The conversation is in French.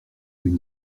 une